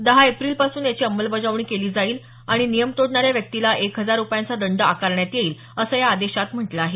दहा एप्रिलपासून याची अमलबजावणी केली जाईल आणि नियम तोडणाऱ्या व्यक्तीला एक हजार रुपयांचा दंड आकारण्यात येईल असं या आदेशात म्हटलं आहे